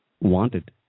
wanted